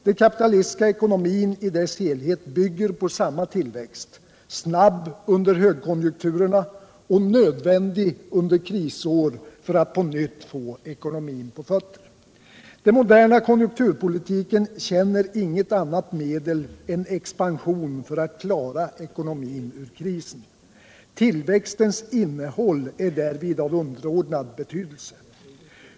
Den kapitalistiska ekonomin i dess helhet bygger på samma tillväxt, snabb under högkonjunkturerna och nödvändig under krisår för att på nytt få ekonomin på fötter. Den moderna konjunkturpolitiken känner inget annat medel än expansion för att klara ekonomin ur krisen. Tillväxtens innehåll är därvid av underordnad betydelse.